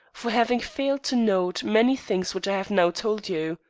for having failed to note many things which i have now told you.